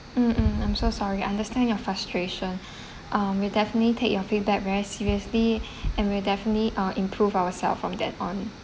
mm mm I'm so sorry I understand your frustration um we definitely take your feedback very seriously and we'll definitely uh improve ourselves from that on